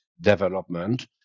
development